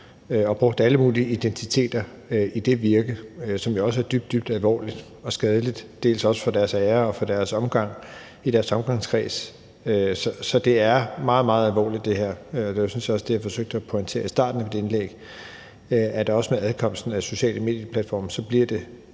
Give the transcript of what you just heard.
og brugt alle mulige identiteter i det virke, og det er jo også dybt, dybt alvorligt og skadeligt, også for deres ære og for deres omgang i deres omgangskreds. Så det her er meget, meget alvorligt, og det var sådan set også det, jeg forsøgte at pointere i starten af mit indlæg, og også med adkomsten af platforme som sociale medier